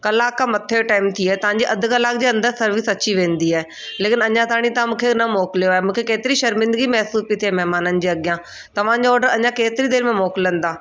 कलाक खां मथे जो टाइम थी वियो आहे तव्हांजी अधु कलाक जे अंदरि सर्विस अची वेंदी आहे लेकिनि अञा ताईं तव्हां मूंखे न मोकिलियो आहे मूंखे केतिरी शर्मिंदगी महिसूस पी थिए महिमाननि जे अॻियां तव्हां जो ऑडर अञा केतिरी देरि में मोकिलंदा